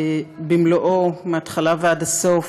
במלואו, מההתחלה ועד הסוף,